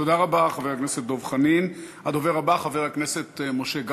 תודה רבה, חבר הכנסת דב חנין.